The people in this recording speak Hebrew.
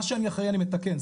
מה שאני אחראי אני מתקן.